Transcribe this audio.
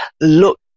look